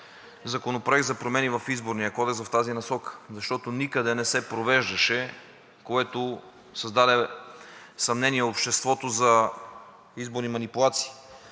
Законопроекта за промени в Изборния кодекс в тази насока, защото никъде не се провеждаше, което създаде съмнения в обществото за изборни манипулации.